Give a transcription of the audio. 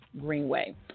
Greenway